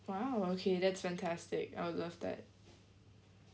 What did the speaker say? !wow! okay that's fantastic I would love that